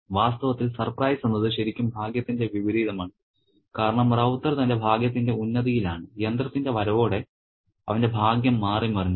വാസ്തവത്തിൽ സർപ്രൈസ് എന്നത് ശരിക്കും ഭാഗ്യത്തിന്റെ വിപരീതമാണ് കാരണം റൌത്തർ തന്റെ ഭാഗ്യത്തിന്റെ ഉന്നതിയിലാണ് യന്ത്രത്തിന്റെ വരവോടെ അവന്റെ ഭാഗ്യം മാറിമറിഞ്ഞു